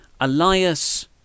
Elias